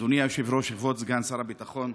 אדוני היושב-ראש, כבוד סגן שר הביטחון,